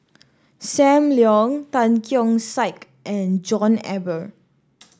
Sam Leong Tan Keong Saik and John Eber